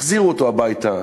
תחזירו אותו הביתה,